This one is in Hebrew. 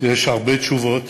יש הרבה תשובות,